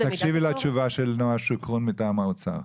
תקשיבי לתשובה של נועה שוקרון מטעם האוצר.